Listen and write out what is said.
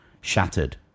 Shattered